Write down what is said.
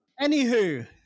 Anywho